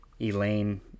elaine